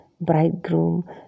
bridegroom